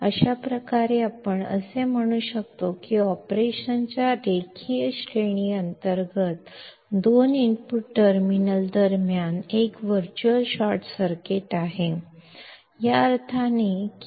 ಆದ್ದರಿಂದ ನಾವು ರೇಖೀಯ ವ್ಯಾಪ್ತಿಯ ಕಾರ್ಯಾಚರಣೆಯಡಿಯಲ್ಲಿ ಎರಡು ಇನ್ಪುಟ್ ಟರ್ಮಿನಲ್ಗಳ ನಡುವೆ ವರ್ಚುವಲ್ ಶಾರ್ಟ್ ಸರ್ಕ್ಯೂಟ್ ಇದೆ ಎಂದು ಹೇಳಬಹುದು